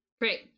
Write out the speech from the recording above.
Great